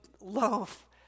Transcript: loaf